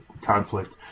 conflict